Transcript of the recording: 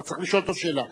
אתה צריך לשאול אותו שאלה.